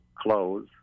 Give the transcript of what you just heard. close